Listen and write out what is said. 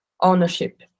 ownership